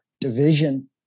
division